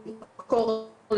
נאכף.